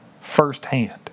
firsthand